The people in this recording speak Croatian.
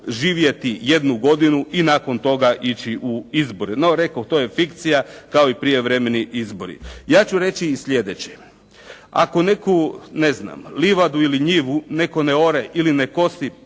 živjeti jednu godinu i nakon toga ići u izbore, no rekoh to je fikcija kao i prijevremeni izbori. Ja ću reći i sljedeće. Ako neku livadu ili njivu netko ne ore ili ne kosi